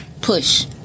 push